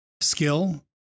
skill